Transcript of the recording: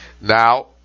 Now